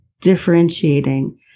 differentiating